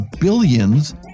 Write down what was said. billions